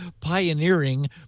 pioneering